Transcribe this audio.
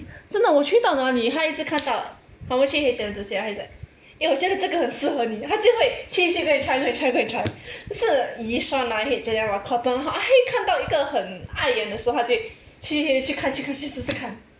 真的我去到哪里他一直看到我们去 H&M 这些他 is like eh 我觉得这个很适合你他就会 change change go and try go and try go and try 就是 yishion ah H&M ah cotton on 他一看到一个很碍眼的时候她就会出出出出看出看出试试看